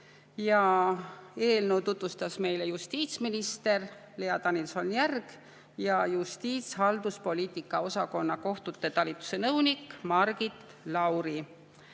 eelnõu tutvustas meile justiitsminister Lea Danilson‑Järg ja justiitshalduspoliitika osakonna kohtute talituse nõunik Margit Lauri.